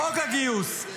חוק הגיוס.